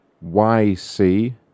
Y-C